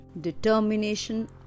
determination